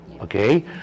okay